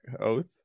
Oath